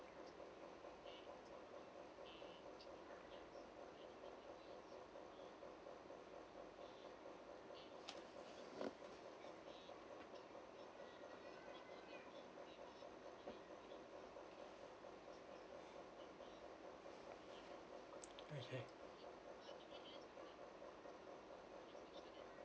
okay